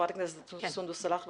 חברת הכנסת סונדוס סאלח,